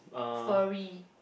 fury